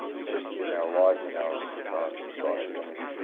just in our lives, in our so current society. i mean,